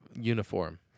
uniform